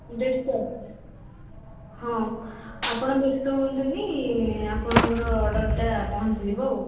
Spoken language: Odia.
ବ୍ରେଡ଼୍ ଚପ୍ ହଁ ଆପଣ ବ୍ୟସ୍ତ ହୁଅନ୍ତୁନି ଆପଣଙ୍କର ଅର୍ଡ଼ରଟା ପହଞ୍ଚିଯିବ ଆଉ